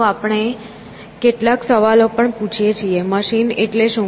તો આપણે કેટલાક સવાલો પણ પૂછીએ છીએ મશીન એટલે શું